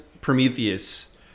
prometheus